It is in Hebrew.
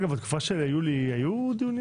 אגב, בתקופה של יולי, היו דיונים